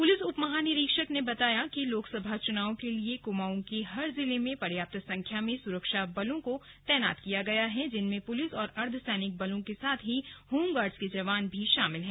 police उप महानिरीक्षक ने बताया कि लोकसभा चुनाव के लिए कुमाऊं के हर जिले में पर्याप्त संख्या में सुरक्षा बल को तैनात किया गया है जिनमें पुलिस और अर्धसैनिक बलों के साथ ही होमगार्ड के जवान भी शामिल हैं